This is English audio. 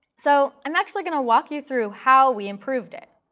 so i'm actually going to walk you through how we improved it.